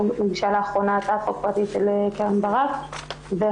הוגשה לאחרונה הצעת חוק פרטית של חברת הכנסת